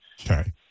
Okay